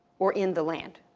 or in the land,